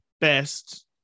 best